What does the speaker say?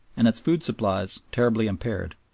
and its food supplies terribly impaired.